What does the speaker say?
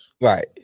Right